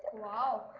wow!